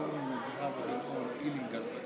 בסם אללה א-רחמאן א-רחים,